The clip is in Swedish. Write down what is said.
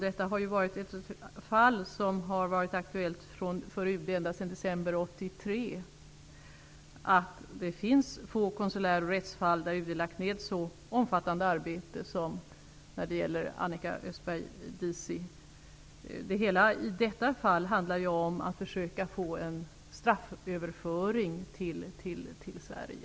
De av mina medarbetare som har att jobba med dessa frågor försäkrar att det finns få konsulär och rättsfall där UD lagt ned så omfattande arbete som när det gäller Annika Östberg. I detta fall handlar det om att försöka få en strafföverföring till Sverige.